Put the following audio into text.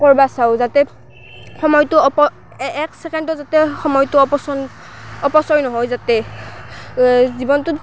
কৰিব চাওঁ যাতে সময়টো অপ এক ছেকেণ্ডো যাতে সময়টো অপচন্দ অপচয় নহয় যাতে জীৱনটোত